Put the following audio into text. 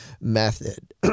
method